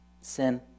sin